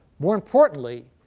more importantly,